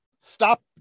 stop